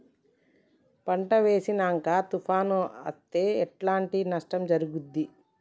పంట వేసినంక తుఫాను అత్తే ఎట్లాంటి నష్టం జరుగుద్ది?